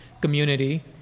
community